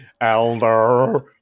Elder